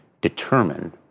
determined